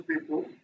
people